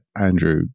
Andrew